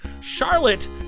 Charlotte